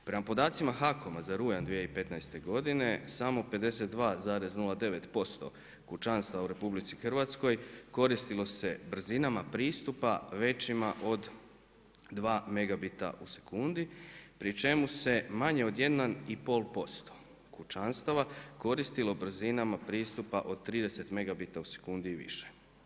Prema podacima HAKOM-a za rujan 2015. godine samo 52,9% kućanstva u RH koristilo se brzinama pristupa većima od 2 megabita u sekundi pri čemu se manje od jedan i pol posto kućanstava koristilo brzinama pristupa od 30 megabita u sekundi i više.